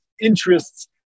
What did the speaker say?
interests